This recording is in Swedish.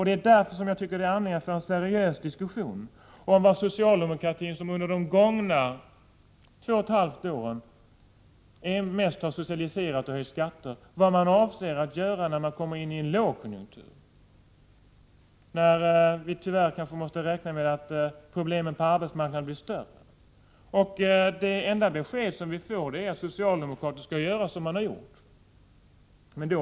Det är därför som jag tycker att det är angeläget att föra en seriös debatt om vad socialdemokraterna, som under de gångna senaste två och ett halvt åren mestadels har socialiserat och höjt skatter, avser att göra i en lågkonjunktur, då vi, tyvärr, kanske måste räkna med att problemen på arbetsmarknaden blir större. Det enda besked vi får är att socialdemokraterna skall fortsätta att göra som man hittills har gjort.